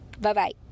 Bye-bye